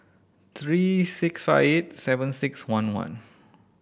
three six five eight seven six one one